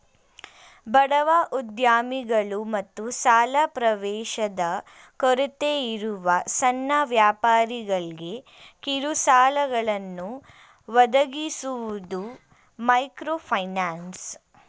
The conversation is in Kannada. ಬಡವ ಉದ್ಯಮಿಗಳು ಮತ್ತು ಸಾಲ ಪ್ರವೇಶದ ಕೊರತೆಯಿರುವ ಸಣ್ಣ ವ್ಯಾಪಾರಿಗಳ್ಗೆ ಕಿರುಸಾಲಗಳನ್ನ ಒದಗಿಸುವುದು ಮೈಕ್ರೋಫೈನಾನ್ಸ್